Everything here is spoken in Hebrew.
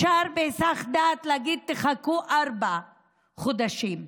להגיד בהיסח הדעת: תחכו ארבעה חודשים.